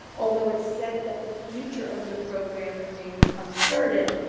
although it's said that the future of the program remains uncertain.